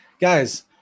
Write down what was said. Guys